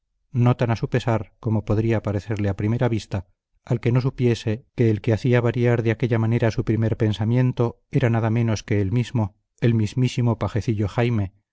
tan a su pesar como podría parecerle a primera vista al que no supiese que el que hacía variar de aquella manera su primer pensamiento era nada menos que el mismo el mismísimo pajecillo jaime